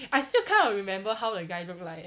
I still kind of remember how the guy look like eh